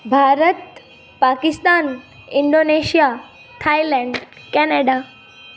Bharat Pakistan Indonesia Thailand Canada